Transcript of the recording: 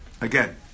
Again